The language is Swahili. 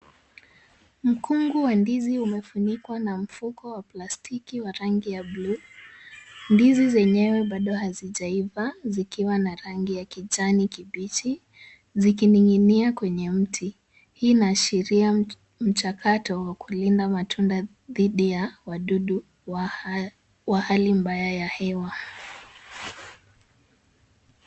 Mkungu wa ndizi umefunikwa na mfuko wa plastiki wa rangi ya blue . Ndizi zenyewe bado hazijaiva zikiwa na rangi ya kijani kibichi zikining'inia kwenye mti. Hii inaashiria mchakato wa kulinda matunda dhidi ya wadudu wa hali mbaya ya hewa.